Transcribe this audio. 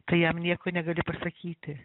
tai jam nieko negali pasakyti